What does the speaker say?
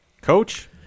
Coach